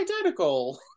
identical-